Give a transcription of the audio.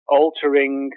altering